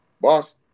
boss